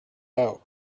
out